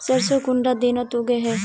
सरसों कुंडा दिनोत उगैहे?